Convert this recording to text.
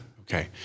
okay